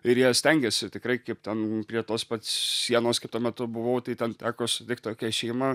ir jie stengiasi tikrai kaip ten prie tos pat sienos kaip tuo metu buvau tai ten teko sutikt tokią šeimą